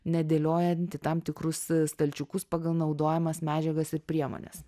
nedėliojant į tam tikrus stalčiukus pagal naudojamas medžiagas ir priemones